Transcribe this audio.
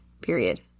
Period